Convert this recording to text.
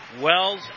Wells